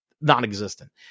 non-existent